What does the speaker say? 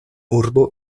urbo